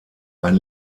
ein